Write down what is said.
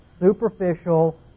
superficial